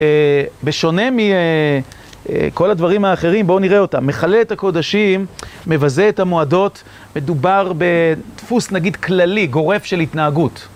בשונה מכל הדברים האחרים, בואו נראה אותם. מכלה את הקודשים, מבזה את המועדות, מדובר בדפוס נגיד כללי, גורף של התנהגות.